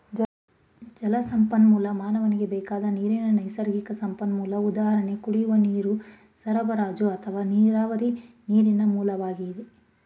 ಜಲಸಂಪನ್ಮೂಲ ಮಾನವನಿಗೆ ಬೇಕಾದ ನೀರಿನ ನೈಸರ್ಗಿಕ ಸಂಪನ್ಮೂಲ ಉದಾಹರಣೆ ಕುಡಿಯುವ ನೀರು ಸರಬರಾಜು ಅಥವಾ ನೀರಾವರಿ ನೀರಿನ ಮೂಲವಾಗಿ